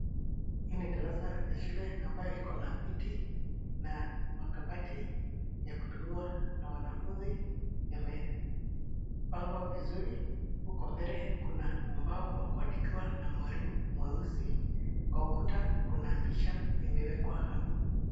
Hii ni darasa ya shule ambayo iko na kiti na makabati ya kutumiwa na wanafunzi yamepangwa vizuri. Uko mbele kuna ubao wa kuandikiwa na mwalimu mweusi. Kwa ukuta kuna picha imewekwa hapo.